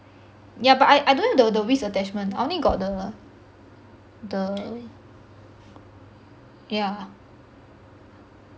yeah but I I don't have the the whisk attachment I only got the the yeah